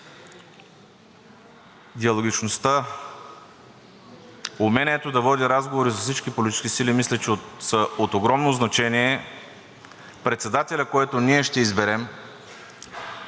диалогичността, умението да води разговори с всички политически сили, мисля, че е от огромно значение председателят, който ще изберем,